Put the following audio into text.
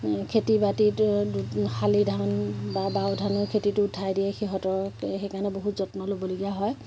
খেতি বাতিটো শালি ধান বা বাও ধানৰ খেতিটো উঠাই দিয়ে সিহঁতৰ সেইকাৰণে বহুত যত্ন ল'বলগীয়া হয়